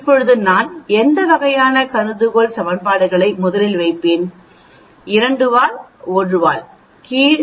இப்போது நாம் எந்த வகையான கருதுகோள் சமன்பாடுகளை முதலில் வைப்போம் இரண்டு வால் ஒரு வால் கீழ்